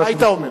מה היית אומר?